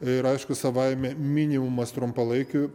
ir aišku savaime minimumas trumpalaikių